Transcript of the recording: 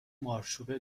مارچوبه